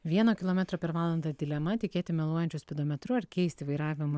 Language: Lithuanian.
vieno kilometro per valandą dilema tikėti meluojančiu spidometru ar keisti vairavimo